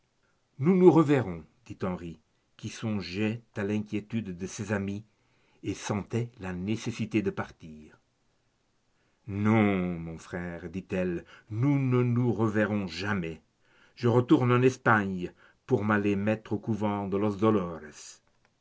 nous nous reverrons dit henri qui songeait à l'inquiétude de ses amis et sentait la nécessité de partir non mon frère dit-elle nous ne nous reverrons jamais je retourne en espagne pour m'aller mettre au couvent de